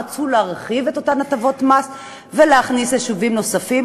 רצו להרחיב את אותן הטבות מס ולהכניס יישובים נוספים,